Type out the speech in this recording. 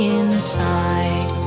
inside